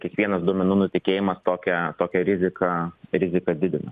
kiekvienas duomenų nutekėjimas tokią kokią riziką riziką didina